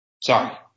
Sorry